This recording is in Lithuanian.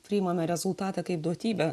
priimame rezultatą kaip duotybę